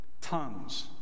Tongues